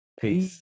Peace